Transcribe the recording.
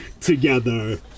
together